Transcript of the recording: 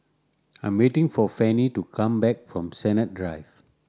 I'm waiting for Fanny to come back from Sennett Drive